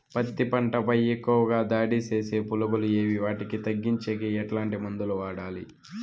పత్తి పంట పై ఎక్కువగా దాడి సేసే పులుగులు ఏవి వాటిని తగ్గించేకి ఎట్లాంటి మందులు వాడాలి?